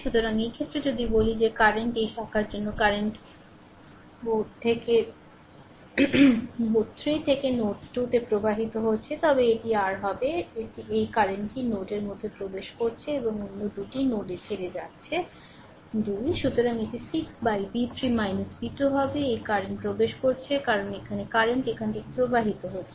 সুতরাং এই ক্ষেত্রে যদি বলি যে কারেন্ট এই শাখার জন্য কারেন্ট বোড 3 থেকে নোড 2 তে প্রবাহিত হচ্ছে তবে এটি r হবে এটি এই কারেন্টটি নোডের মধ্যে প্রবেশ করছে এবং অন্য দুটি নোডে ছেড়ে যাচ্ছে 2 সুতরাং এটি 6 বাই v3 v2 হবে এই কারেন্ট প্রবেশ করছে কারণ এখানে কারেন্ট এখান থেকে প্রবাহিত হচ্ছে